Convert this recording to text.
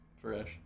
fresh